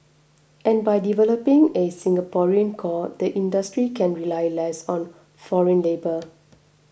and by developing a Singaporean core the industry can rely less on foreign labour